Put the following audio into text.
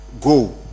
go